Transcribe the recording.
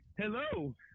Hello